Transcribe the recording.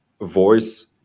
voice